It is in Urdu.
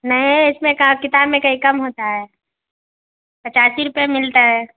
نہیں اس میں کیا کتاب میں کہیں کم ہوتا ہے پچاس ہی روپئے ملتا ہے